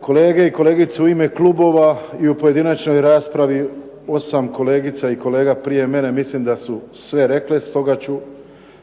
Kolege i kolegice u ime klubova i u pojedinačnoj raspravi osam kolegica i kolega prije mene mislim da su sve rekle stoga ću